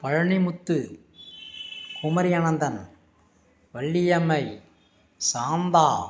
Palanimuthu Kumari Ananthan Valliammai Shantha